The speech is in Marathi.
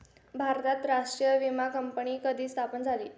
भारतात राष्ट्रीय विमा कंपनी कधी स्थापन झाली?